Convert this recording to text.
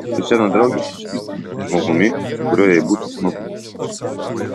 su sena drauge susitikti žmogumi su kuriuo jai būtų smagu